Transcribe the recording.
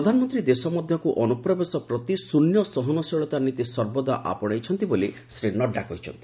ପ୍ରଧାନମନ୍ତ୍ରୀ ଦେଶ ମଧ୍ୟକୁ ଅନୁପ୍ରବେଶ ପ୍ରତି ଶ୍ରନ୍ୟ ସହନଶୀଳତା ନୀତି ସର୍ବଦା ଆପଣେଇଛନ୍ତି ବୋଲି ଶ୍ରୀ ନଡ୍ଡା କହିଚ୍ଚନ୍ତି